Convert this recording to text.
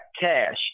cash